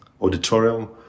auditorium